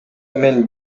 мен